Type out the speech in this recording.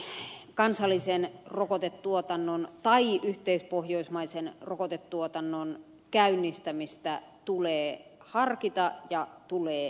mielestäni kansallisen rokotetuotannon tai yhteispohjoismaisen rokotetuotannon käynnistämistä tulee harkita ja tulee selvittää